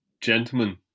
gentlemen